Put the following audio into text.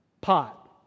pot